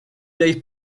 lay